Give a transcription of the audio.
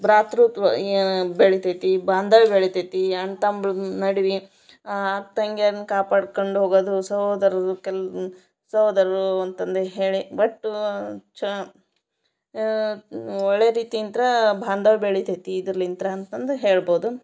ಭ್ರಾತೃತ್ವ ಏನು ಬೆಳಿತೈತೆ ಬಾಂಧವ್ಯ ಬೆಳಿತೈತೆ ಅಣ್ಣ ತಮ್ಮರ ನಡುವೆ ಅಕ್ಕ ತಂಗ್ಯರನ್ನ ಕಾಪಾಡ್ಕಂಡು ಹೋಗೋದು ಸೋದರರ ಕೆಲ್ವು ಸೋದರರು ಅಂತಂದು ಹೇಳಿ ಬಟ್ ಚ ಒಳ್ಳೆ ರೀತಿ ಇಂದ ಬಾಂಧವ್ಯ ಬೆಳಿತೈತೆ ಇದ್ರಲಿಂದ ಅಂತಂದು ಹೇಳ್ಬೋದು